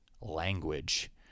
language